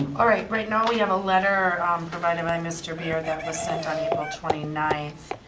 all right, right now we have a letter provided by mr beard, that was sent on april twenty ninth.